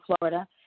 Florida